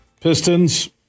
Pistons